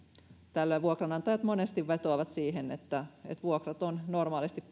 tällöin vuokranantajat monesti vetoavat siihen että vuokrat on normaalisti